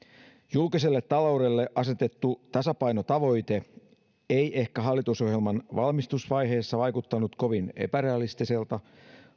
julkiselle taloudelle asetettu tasapainotavoite ei ehkä hallitusohjelman valmistusvaiheessa vaikuttanut kovin epärealistiselta